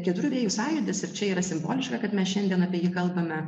keturių vėjų sąjūdis ir čia yra simboliška kad mes šiandien apie jį kalbame